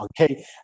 okay